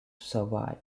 survive